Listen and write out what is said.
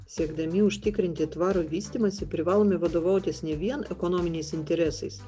siekdami užtikrinti tvarų vystymąsi privalome vadovautis ne vien ekonominiais interesais